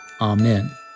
Amen